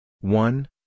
one